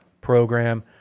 program